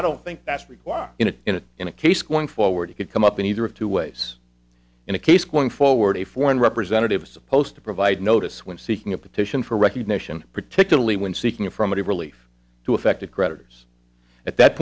i don't think that's required in a in a in a case going forward it could come up in either of two ways in a case going forward a foreign representative supposed to provide notice when seeking a petition for recognition particularly when seeking affirmative relief to affected creditors at that